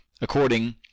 according